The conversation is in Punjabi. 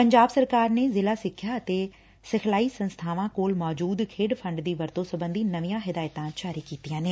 ਪੰਜਾਬ ਸਰਕਾਰ ਨੇ ਜ਼ਿਲਾ ਸਿੱਖਿਆ ਅਤੇ ਸਿਖਲਾਈ ਸੰਸਬਾਵਾਂ ਕੋਲ ਮੌਜੁਦ ਖੇਡ ਫੰਡ ਦੀ ਵਰਤੋ' ਸਬੰਧੀ ਨਵੀਆਂ ਹਦਾਇਤਾਂ ਜਾਰੀ ਕੀਤੀਆਂ ਨੇ